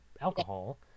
alcohol